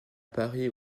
paris